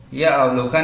यह अवलोकन है